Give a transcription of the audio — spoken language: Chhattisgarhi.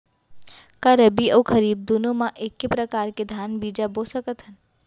का रबि अऊ खरीफ दूनो मा एक्के प्रकार के धान बीजा बो सकत हन?